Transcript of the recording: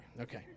okay